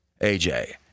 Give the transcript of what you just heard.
AJ